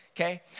okay